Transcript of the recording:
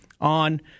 on